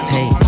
Hey